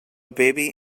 baby